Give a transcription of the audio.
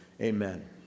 Amen